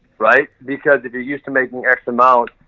right? because if you're used to making x amount,